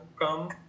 come